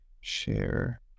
share